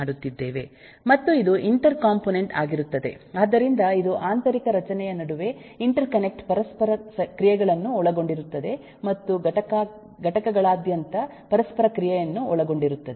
ಮತ್ತು ಇದು inter component ಆಗಿರುತ್ತದೆ ಆದ್ದರಿಂದ ಇದು ಆಂತರಿಕ ರಚನೆಯ ನಡುವೆ ಇಂಟರ್ ಕನೆಕ್ಟ್ ಪರಸ್ಪರ ಕ್ರಿಯೆಗಳನ್ನು ಒಳಗೊಂಡಿರುತ್ತದೆ ಮತ್ತು ಘಟಕಗಳಾದ್ಯಂತ ಪರಸ್ಪರ ಕ್ರಿಯೆಯನ್ನು ಒಳಗೊಂಡಿರುತ್ತದೆ